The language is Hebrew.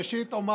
ראשית אומר: